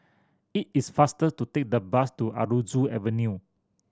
it is faster to take the bus to Aroozoo Avenue